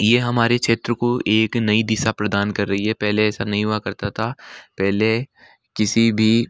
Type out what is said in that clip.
यह हमारे क्षेत्र को एक नई दिशा प्रदान कर रही है पहले ऐसा नहीं हुआ करता था पहले किसी भी